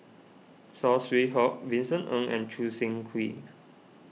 Saw Swee Hock Vincent Ng and Choo Seng Quee